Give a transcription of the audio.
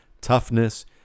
toughness